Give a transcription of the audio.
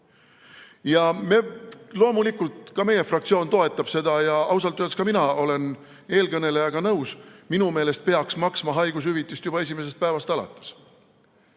Loomulikult ka meie fraktsioon toetab seda [eelnõu] ja ausalt öeldes ka mina olen eelkõnelejaga nõus. Minu meelest peaks maksma haigushüvitist juba esimesest päevast alates.